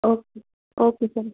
okay okay sir